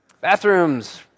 Bathrooms